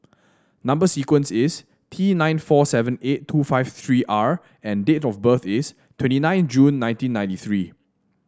number sequence is T nine four seven eight two five three R and date of birth is twenty nine June nineteen ninety three